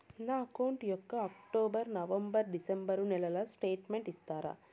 నా అకౌంట్ యొక్క October, November, December నెలల స్టేట్మెంట్ ఇస్తారా?